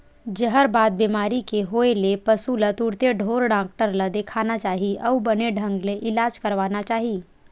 जहरबाद बेमारी के होय ले पसु ल तुरते ढ़ोर डॉक्टर ल देखाना चाही अउ बने ढंग ले इलाज करवाना चाही